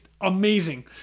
amazing